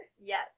yes